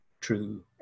true